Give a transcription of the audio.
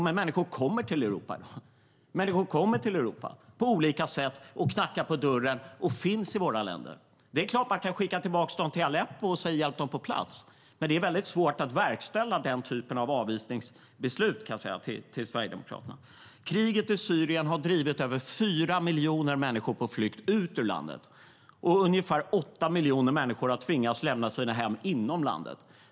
Men människor kommer till Europa. De kommer hit på olika sätt. De knackar på dörren, och de finns i våra länder. Det är klart att man kan skicka tillbaka dem till Aleppo och säga: Hjälp dem på plats! Men det är svårt att verkställa den typen av avvisningsbeslut, kan jag säga till Sverigedemokraterna. Kriget i Syrien har drivit över 4 miljoner människor på flykt ut ur landet. Ungefär 8 miljoner människor har tvingats lämna sina hem inom landet.